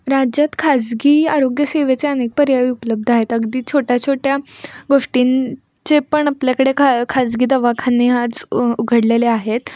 राज्यात खाजगी आरोग्यसेवेचे अनेक पर्याय उपलब्ध आहेत अगदी छोट्या छोट्या गोष्टींचे पण आपल्याकडे खा खाजगी दवाखाने आाज उ उघडलेले आहेत